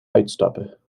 uitstappen